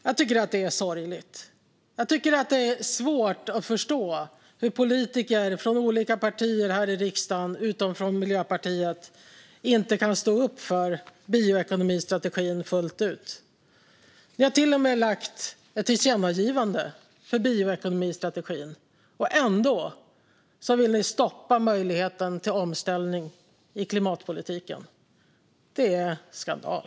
Jag tycker att det är sorgligt. Stärkt äganderätt, flexibla skyddsformer och ökade incitament för naturvården i skogen med frivillig-het som grund Det är svårt att förstå att politiker från andra riksdagspartier än Miljöpartiet inte står upp för bioekonomistrategin fullt ut. Ni har till och med riktat ett tillkännagivande till regeringen om bioekonomistrategin, och ändå vill ni stoppa möjligheten till omställning i klimatpolitiken. Det är skandal.